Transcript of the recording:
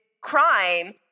crime